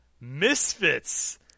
Misfits